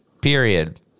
period